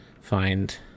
find